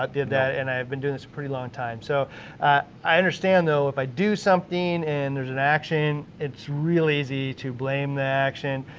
did that, and i've been doing this a pretty long time, so i understand though if i do something and there's an action it's real easy to blame the action,